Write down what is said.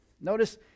Notice